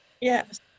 Yes